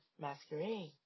masquerade